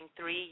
three